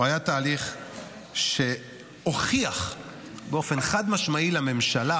היה תהליך שהוכיח באופן חד-משמעי לממשלה